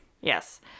Yes